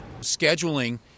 Scheduling